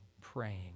praying